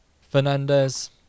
Fernandez